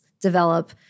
develop